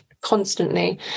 constantly